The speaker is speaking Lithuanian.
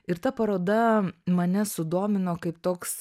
ir ta paroda mane sudomino kaip toks